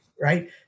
Right